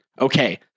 Okay